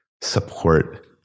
support